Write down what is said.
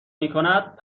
میکند